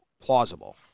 plausible